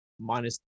minus